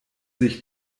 sich